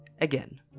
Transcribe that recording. again